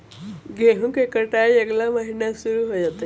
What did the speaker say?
गेहूं के कटाई अगला महीना शुरू हो जयतय